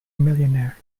millionaire